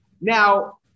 Now